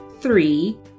Three